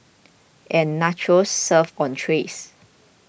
and nachos served on trays